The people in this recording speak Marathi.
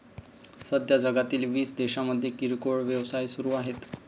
सध्या जगातील वीस देशांमध्ये किरकोळ व्यवसाय सुरू आहेत